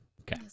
Okay